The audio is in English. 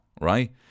right